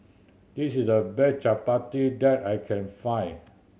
this is the best chappati that I can find